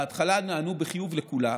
בהתחלה נענו בחיוב לכולם,